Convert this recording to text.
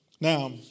Now